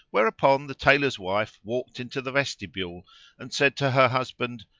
whereupon the tailor's wife walked into the vestibule and said to her husband,